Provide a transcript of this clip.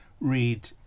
read